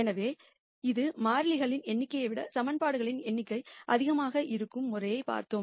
எனவே இது வேரியபிள் எண்ணிக்கையை விட ஈகிவேஷன்களின் எண்ணிக்கை அதிகமாக இருக்கும் வழிமுறையை பார்த்தோம்